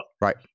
Right